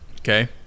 Okay